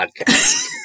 podcast